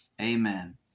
Amen